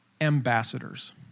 ambassadors